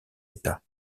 états